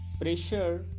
pressure